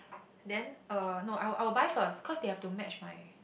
then uh no I will I will buy first cause they have to match my